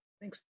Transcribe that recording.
Thanks